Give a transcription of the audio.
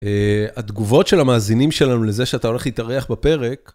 התגובות של המאזינים שלנו לזה שאתה הולך להתארח בפרק.